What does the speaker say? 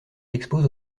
expose